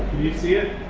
you see it?